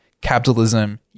capitalism